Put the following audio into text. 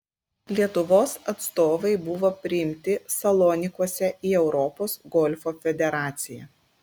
lietuvos atstovai buvo priimti salonikuose į europos golfo federaciją